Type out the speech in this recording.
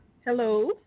Hello